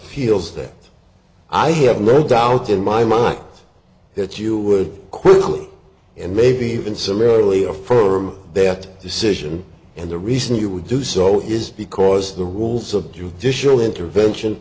appeals that i have no doubt in my mind that you would quickly and maybe even some earlier for that decision and the reason you would do so is because the rules of judicial intervention